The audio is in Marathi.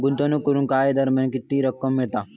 गुंतवणूक करून काही दरम्यान किती रक्कम मिळता?